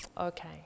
Okay